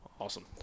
Awesome